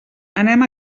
anem